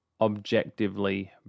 objectively